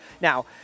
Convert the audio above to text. Now